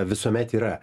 visuomet yra